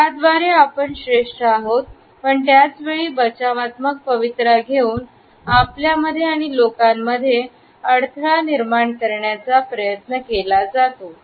याद्वारे आपण श्रेष्ठ आहोत पण त्याचवेळी बचावात्मक पवित्रा घेऊन आपल्यामध्ये आणि लोकांमध्ये अडथळा निर्माण करण्याचा प्रयत्न केला जातो